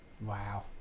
Wow